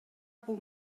бул